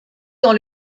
dans